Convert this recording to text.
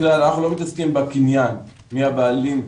אנחנו לא מתעסקים בקניין, מי הבעלים.